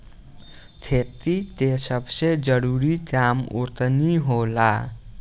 खेती के सबसे जरूरी काम बोअनी होला